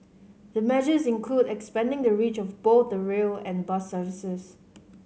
the measures include expanding the reach of both the rail and bus services